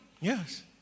Yes